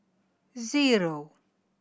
zero